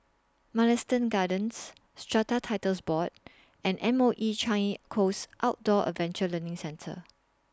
Mugliston Gardens Strata Titles Board and M O E Changi Coast Outdoor Adventure Learning Centre